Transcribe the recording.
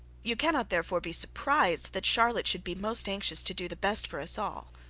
you cannot therefore be surprised that charlotte should be most anxious to do the best for us all.